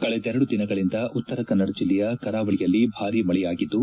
ಕಳೆದೆರಡು ದಿನಗಳಿಂದ ಉತ್ತರಕನ್ನಡ ಜಿಲ್ಲೆಯ ಕರಾವಳಿಯಲ್ಲಿ ಭಾರೀ ಮಳೆಯಾಗಿದ್ದು